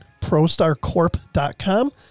ProstarCorp.com